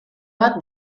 bat